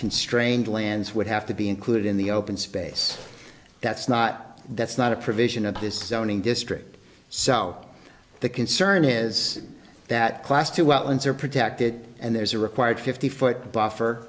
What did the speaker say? constrained lands would have to be included in the open space that's not that's not a provision of this owning district so the concern is that class to outlands are protected and there's a required fifty foot buffer